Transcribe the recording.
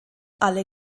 alle